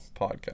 Podcast